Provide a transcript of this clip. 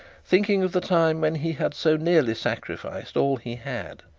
thinking of the time when he had so nearly sacrificed all he had,